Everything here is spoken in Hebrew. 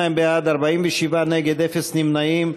62 בעד, 47 נגד, אפס נמנעים.